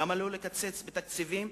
למה לא לקצץ בתקציבים,